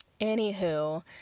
Anywho